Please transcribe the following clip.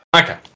Okay